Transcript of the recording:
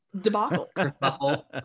debacle